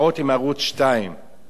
אני אומר לכם, רבותי,